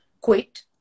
quit